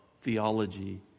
theology